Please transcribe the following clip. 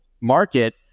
market